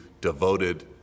devoted